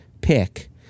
pick